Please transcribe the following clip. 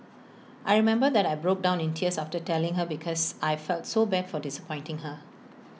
I remember that I broke down in tears after telling her because I felt so bad for disappointing her